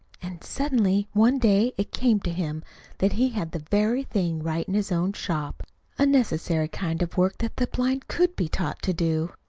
and suddenly one day it came to him that he had the very thing right in his own shop a necessary kind of work that the blind could be taught to do.